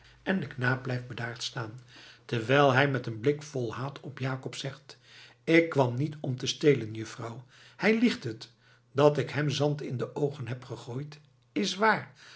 en de knaap blijft bedaard staan terwijl hij met een blik vol haat op jakob zegt k kwam niet om te stelen juffrouw hij liegt het dat ik hem zand in de oogen heb gegooid is waar